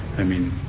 i mean,